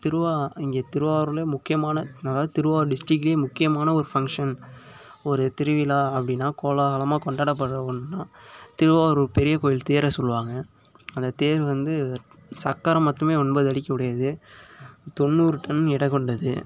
திருவா இங்கே திருவாரூரிலே முக்கியமான அதாவது திருவாரூர் டிஸ்டிக்லேயே முக்கியமான ஒரு ஃபங்ஷன் ஒரு திருவிழா அப்படின்னா ஒரு கோலாகலமாக கொண்டாடப்படுற ஒன்றுன்னா திருவாரூர் பெரியகோவில் தேரை சொல்லுவாங்க அந்த தேர் வந்து சக்கரம் மட்டுமே ஒன்பது அடிக்கு உடையது தொண்ணூறு டன் எடை கொண்டது